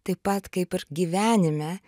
taip pat kaip ir gyvenime